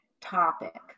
topic